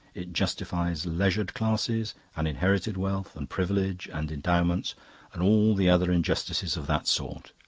it justifies leisured classes and inherited wealth and privilege and endowments and all the other injustices of that sort.